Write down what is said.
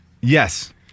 Yes